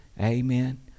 Amen